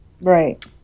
right